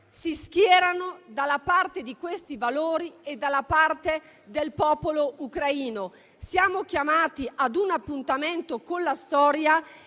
si schierano dalla parte di questi valori e dalla parte del popolo ucraino. Siamo chiamati ad un appuntamento con la storia